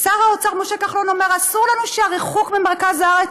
שר האוצר משה כחלון אומר: "אסור לנו שהריחוק ממרכז הארץ